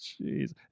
Jeez